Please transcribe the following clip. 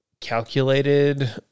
Calculated